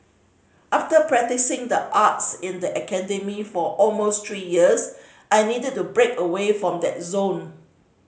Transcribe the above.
after practising the arts in the academy for almost three years I needed to break away from that zone